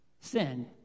sin